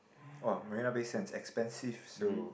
oh Marina-Bay-Sands expensive so